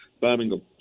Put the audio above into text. Birmingham